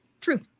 True